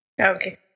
okay